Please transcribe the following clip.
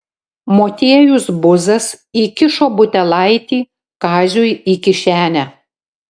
motiejus buzas įkišo butelaitį kaziui į kišenę